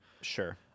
Sure